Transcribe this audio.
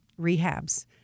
rehabs